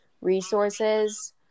resources